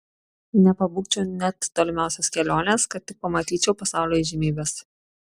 nepabūgčiau net tolimiausios kelionės kad tik pamatyčiau pasaulio įžymybes